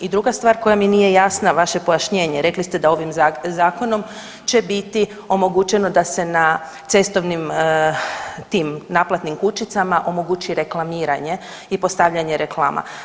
I druga stvar koja mi nije jasna vaše pojašnjenje, rekli ste da ovim zakonom će biti omogućeno da se na cestovnim tim naplatnim kućicama omogući reklamiranje i postavljanje reklama.